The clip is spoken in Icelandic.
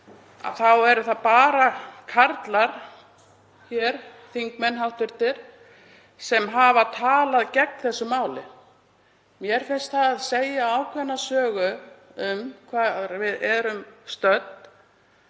þá eru það bara karlar, hv. þingmenn, sem hafa talað gegn þessu máli. Mér finnst það segja ákveðna sögu um það hvar við erum stödd.